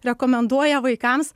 rekomenduoja vaikams